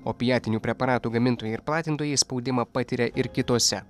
opiatinių preparatų gamintojai ir platintojai spaudimą patiria ir kitose